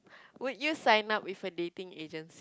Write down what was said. would you sign up with a dating agency